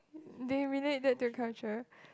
they relate that to culture